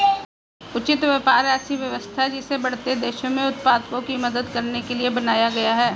उचित व्यापार ऐसी व्यवस्था है जिसे बढ़ते देशों में उत्पादकों की मदद करने के लिए बनाया गया है